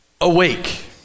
Awake